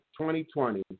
2020